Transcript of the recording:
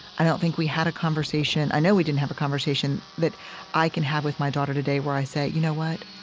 i don't think we had a conversation. i know we didn't have a conversation that i can have with my daughter today where i say, you know what,